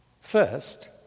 First